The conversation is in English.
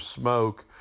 smoke